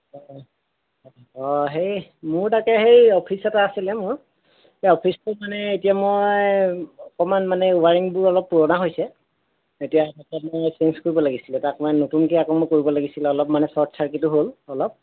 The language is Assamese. অঁ অঁ অঁ হেৰি মোৰ তাকেই সেই অফিচ এটা আছিলে মোৰ সেই অফিচটো মানে এতিয়া মই অকণমান মানে ৱাইৰিঙবোৰ অলপ পুৰণা হৈছে এতিয়া সেইকাৰণে ছেঞ্জ কৰিব লাগিছিলে তাক মানে নতুনকৈ আকৌ মোৰ কৰিব লাগিছিলে অলপ মানে চৰ্ট চাৰ্কিটো হ'ল অলপ